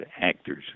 actors